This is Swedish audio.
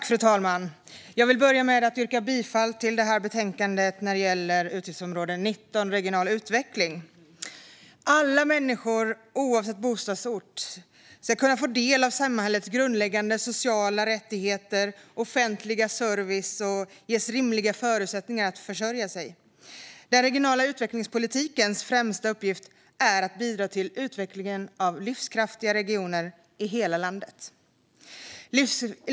Fru talman! Jag vill börja med att yrka bifall till förslaget i betänkandet som gäller utgiftsområde 19 Regional utveckling. Alla människor, oavsett bostadsort, ska kunna få del av samhällets grundläggande sociala rättigheter och offentliga service och ges rimliga förutsättningar att försörja sig. Den regionala utvecklingspolitikens främsta uppgift är att bidra till utvecklingen av livskraftiga regioner i hela landet.